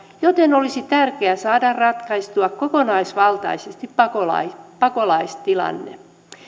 joten olisi tärkeä saada ratkaistua kokonaisvaltaisesti pakolaistilanne